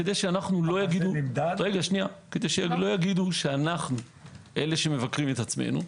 כדי שלא יגידו שאנחנו אלה שמבקרים את עצמנו,